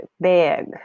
big